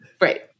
Right